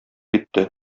китте